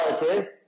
relative